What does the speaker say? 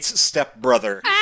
stepbrother